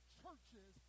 churches